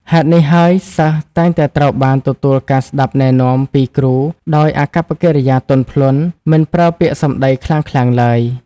ហេតុនេះហើយសិស្សតែងតែត្រូវបានទទួលការស្ដាប់ណែនាំពីគ្រូដោយអាកប្បកិរិយាទន់ភ្លន់ មិនប្រើពាក្យសំដីខ្លាំងៗទ្បើយ។